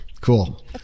Cool